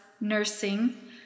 nursing